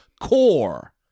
core